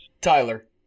Tyler